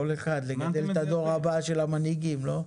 כל אחד לקדם את הדור הבא של המנהיגים לא?